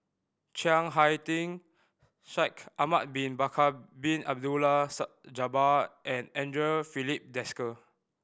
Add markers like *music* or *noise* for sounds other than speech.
Chiang Hai Ding Shaikh Ahmad Bin Bakar Bin Abdullah *unintelligible* Jabbar and Andre Filipe Desker